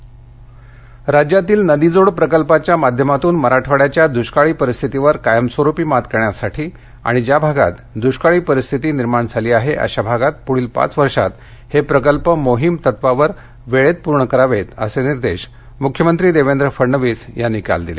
नदीजोड प्रकल्प राज्यातील नदीजोड प्रकल्पाच्या माध्यमातून मराठवाड्याच्या दृष्काळी परिस्थितीवर कायमस्वरुपी मात करण्यासाठी आणि ज्या भागात दुष्काळी परिस्थिती निर्माण झाली आहे अशा भागात पुढील पाच वर्षात हे प्रकल्प मोहिम तत्वावर वेळेत पूर्ण करावेत असे निर्देश मुख्यमंत्री देवेंद्र फडणवीस यांनी काल दिले